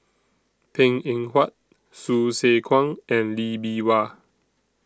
Png Eng Huat Hsu Tse Kwang and Lee Bee Wah